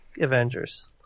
Avengers